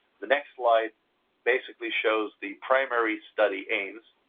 the next slide basically shows the primary study aims,